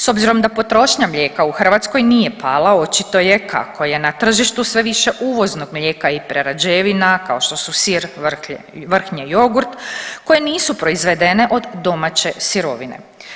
S obzirom da potrošnja mlijeka u Hrvatskoj nije pala očito je kako je na tržištu sve više uvoznog mlijeka i prerađevina kao što su sir, vrhnje i jogurt koje nisu proizvedene od domaće sirovine.